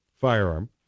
firearm